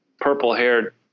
purple-haired